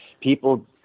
people